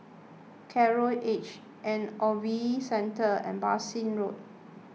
Coral Edge and Ogilvy Centre and Bassein Road